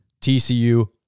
TCU